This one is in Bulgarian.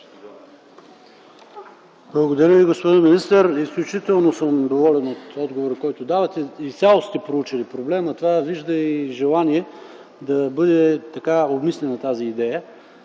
Благодаря Ви, господин министър. Изключително съм доволен от отговора, който дадохте. Явно изцяло сте проучили проблема. Тук се вижда и желание да бъде обмислена тази идея.